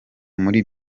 muri